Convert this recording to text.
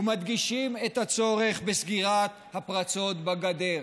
ומדגישים את הצורך בסגירה הפרצות בגדר".